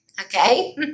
okay